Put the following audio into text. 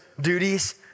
duties